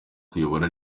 kuyobora